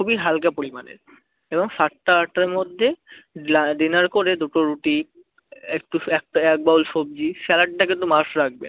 খুবই হালকা পরিমাণের এবং সাতটা আটটার মধ্যে লাস্ট ডিনার করে দুটো রুটি একটু একটা এক বাউল সবজি স্যালাডটা কিন্তু মাস্ট রাখবেন